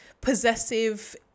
possessive